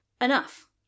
enough